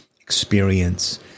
experience